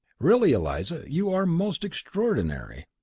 really, eliza, you are most extraordinary.